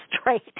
straight